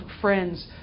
friends